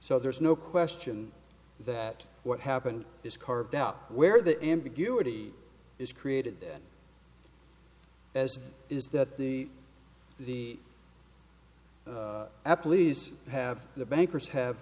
so there's no question that what happened is carved out where the ambiguity is created as is that the the athletes have the bankers have